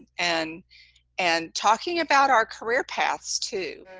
and and talking about our career paths, too.